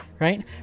right